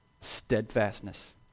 steadfastness